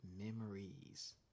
memories